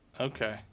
Okay